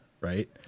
right